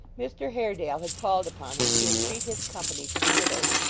mr haredale had called upon him to entreat his company to the widow's,